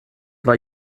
war